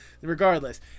Regardless